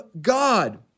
God